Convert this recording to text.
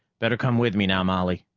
better come with me now, molly,